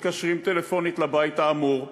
מתקשרים טלפונית לבית האמור,